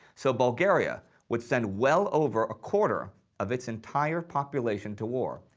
so bulgaria would send well over a quarter of its entire population to war,